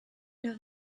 know